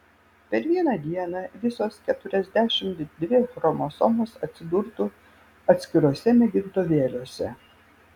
per vieną dieną visos keturiasdešimt dvi chromosomos atsidurtų atskiruose mėgintuvėliuose